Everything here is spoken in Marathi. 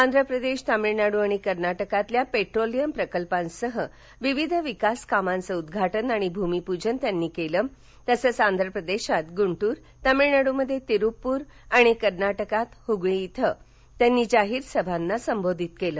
आंध्रप्रदेश तमिळनाडू आणि कर्नाटकातील पेट्रोलीयम प्रकल्पांसह विविध विकास कामांचं उद्घाटन आणि भूमिपूजन त्यांनी केलं तसंच अध्रप्रदेशात गुंदूर तमिळनाडूत तिरुप्पूर आणि कर्नाटकात हुबळी इथं जाहीर सभांना संबोधित केलं